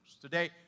Today